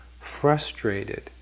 frustrated